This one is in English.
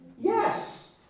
Yes